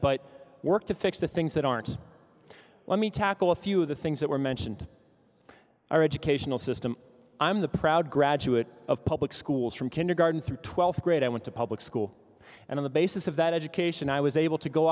but work to fix the things that aren't just let me tackle a few of the things that were mentioned our educational system i'm the proud graduate of public schools from kindergarten through twelfth grade i went to public school and on the basis of that education i was able to go